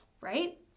right